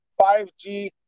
5G